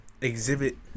exhibit